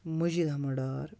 Majeed Ahmad Dar